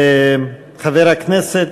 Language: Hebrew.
חבר הכנסת